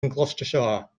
gloucestershire